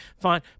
fine